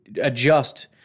adjust